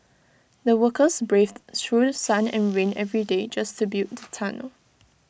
the workers braved through sun and rain every day just to build the tunnel